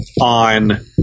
on